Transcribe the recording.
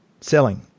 selling